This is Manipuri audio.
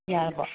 ꯌꯥꯔꯕꯣ